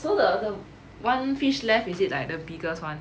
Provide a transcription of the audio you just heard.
so the the one fish left is it like the biggest one